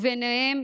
וביניהם